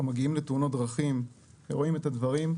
מגיעים לתאונות דרכים ורואים את הדברים,